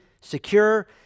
secure